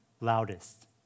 loudest